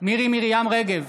מירי מרים רגב,